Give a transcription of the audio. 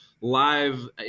live